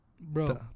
Bro